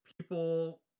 people